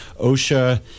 OSHA